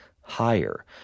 higher